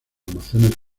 almacenes